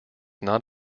not